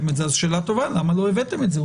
שאלה טובה למה לא הבאתם את זה.